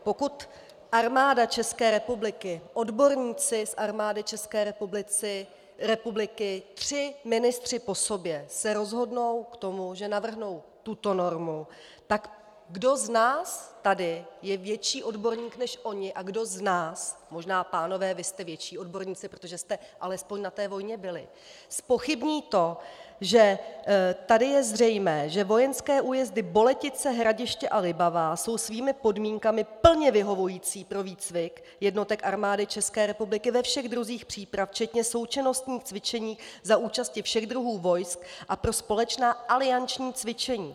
Pokud Armáda České republiky, odborníci z Armády České republiky, tři ministři po sobě se rozhodnou k tomu, že navrhnou tuto normu, tak kdo z nás tady je větší odborník než oni a kdo z nás, možná pánové, vy jste větší odborníci, protože jste alespoň na té vojně byli, zpochybní to, že tady je zřejmé, že vojenské újezdy Boletice, Hradiště a Libavá jsou svými podmínkami plně vyhovující pro výcvik jednotek Armády České republiky ve všech druzích příprav včetně součinnostních cvičení za účasti všech druhů vojsk a pro společná alianční cvičení.